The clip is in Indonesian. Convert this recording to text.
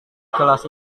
kelas